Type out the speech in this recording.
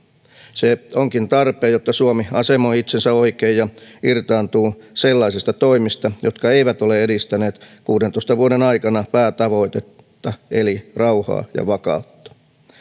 se onkin tarpeen jotta suomi asemoi itsensä oikein ja irtaantuu sellaisista toimista jotka eivät ole edistäneet kuudentoista vuoden aikana päätavoitetta eli rauhaa ja vakautta